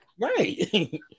right